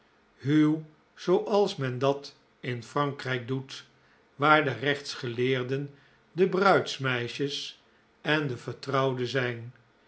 zooals men dat in frankrijk doet waar de rechtsgeleerden de bruidsmeisjes en de vertrouwden zijn